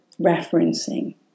referencing